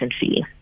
fee